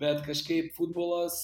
bet kažkaip futbolas